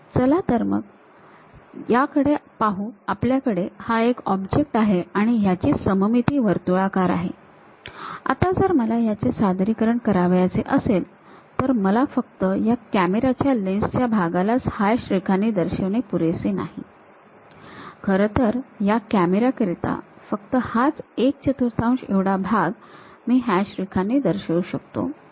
चला तर याकडे पाहू आपल्याकडे हा ऑब्जेक्ट आहे आणि याची सममिती वर्तुळाकार आहे आता जर मला याचे सादरीकरण करावयाचे असेल तर मला फक्त या कॅमेरा च्या लेन्स च्या भागालाच हॅच रेखांनी दर्शविणे पुरेसे नाही खरंतर या कॅमेऱ्याकरिता फक्त हाच एक चतुर्थांश एवढा भाग मी हॅच रेखांनी दर्शवू शकतो